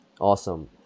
Awesome